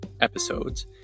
episodes